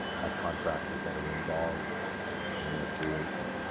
contractors that are involved in their creation.